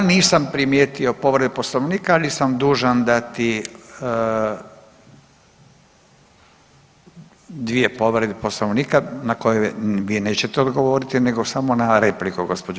Ja nisam primijetio povredu Poslovnika, ali sam dužan dati dvije povrede Poslovnike, na koje vi nećete odgovoriti, nego samo na repliku, gđo.